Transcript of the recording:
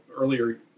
earlier